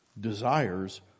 desires